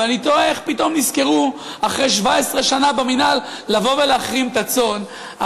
ואני תוהה איך פתאום נזכרו אחרי 17 שנה במינהל לבוא ולהחרים את הצאן.